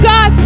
God